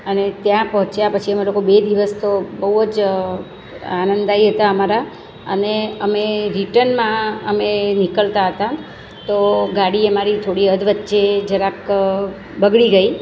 અને ત્યાં પહોંચ્યા પછી અમે લોકો બે દિવસ તો બહુ જ આનંદદાઈ હતા અમારા અને અમે રિટનમાં અમે નીકળતા હતા તો ગાડી અમારી થોડી અધવચ્ચે જરાક બગડી ગઈ